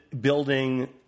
building